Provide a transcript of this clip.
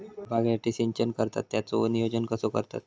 फळबागेसाठी सिंचन करतत त्याचो नियोजन कसो करतत?